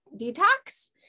detox